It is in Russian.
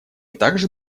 также